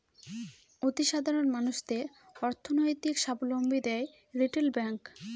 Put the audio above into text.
অতি সাধারণ মানুষদের অর্থনৈতিক সাবলম্বী দেয় রিটেল ব্যাঙ্ক